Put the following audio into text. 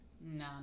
no